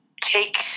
take